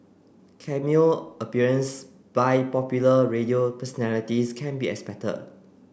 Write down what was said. cameo appearance by popular radio personalities can be expected